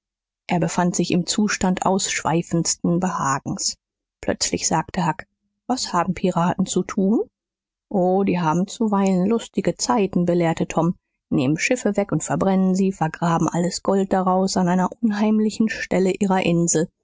er befand sich im zustand ausschweifendsten behagens plötzlich sagte huck was haben piraten zu tun o die haben zuweilen lustige zeiten belehrte tom nehmen schiffe weg und verbrennen sie vergraben alles gold daraus an einer unheimlichen stelle ihrer insel